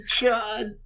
God